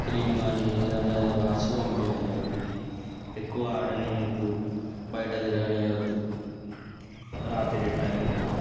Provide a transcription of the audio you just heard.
cream కానీ ఏదన్నా ఏదో రాసి పంపించాలి బయటకి ఎక్కువ ఆడినివ్వద్దు బయట తిరగనివ్వద్దు రాత్రి టైంలో